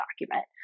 document